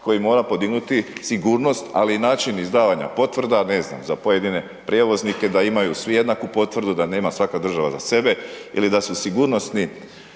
koji mora podignuti sigurnost, ali i način izdavanja potvrda, ne znam, za pojedine prijevoznike da imaju svi jednaku potvrdu, da nema svaka država za sebe ili da su sigurnosni